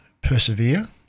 persevere